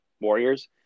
warriors